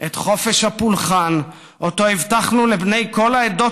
את חופש הפולחן שהבטחנו לבני כל העדות